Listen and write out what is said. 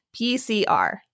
PCR